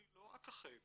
אני לא אכחד